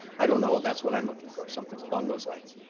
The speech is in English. i don't know, and that's what i'm looking for, something along those lines.